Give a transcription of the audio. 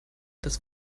dass